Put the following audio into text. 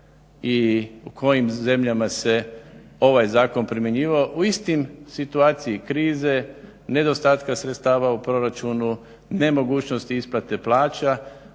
i u kojim zemljama se ovaj zakon primjenjivao u istoj situaciji krize, nedostatka sredstava u proračunu, nemogućnosti isplate plaća.